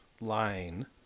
line